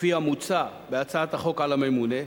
כפי המוצע בהצעת החוק, על הממונה,